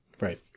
Right